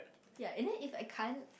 ya and then it's I can't